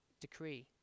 decree